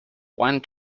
one